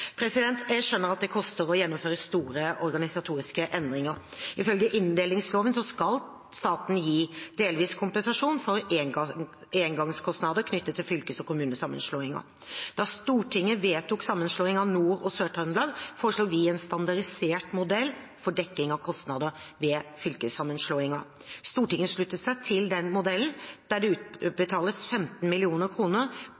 Jeg skjønner at det koster å gjennomføre store organisatoriske endringer. Ifølge inndelingsloven skal staten gi delvis kompensasjon for engangskostnader knyttet til fylkes- og kommunesammenslåinger. Da Stortinget vedtok sammenslåingen av Nord- og Sør-Trøndelag, foreslo vi en standardisert modell for dekking av kostnader ved fylkessammenslåinger. Stortinget sluttet seg til denne modellen, der det